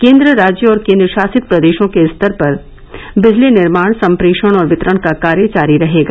केंद्र राज्य और केंद्र शासित प्रदेशों के स्तर पर विजली निर्माण संप्रेषण और वितरण का कार्य जारी रहेगा